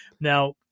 Now